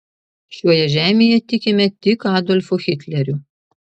šioje žemėje tikime tik adolfu hitleriu